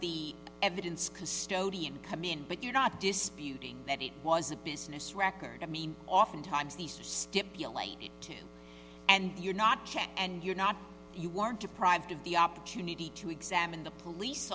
the evidence custodian come in but you're not disputing that it was a business record i mean oftentimes these stipulated to and you're not and you're not you weren't deprived of the opportunity to examine the police